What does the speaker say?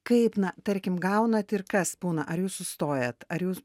kaip na tarkim gaunat ir kas būna ar jūs sustojat ar jūs